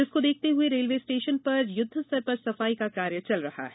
जिसको देखते हुए रेलवे स्टेशन पर युद्ध स्तर पर सफाई का कार्य चल रहा है